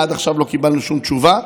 עד עכשיו לא קיבלנו שום תשובה.